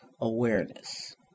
awareness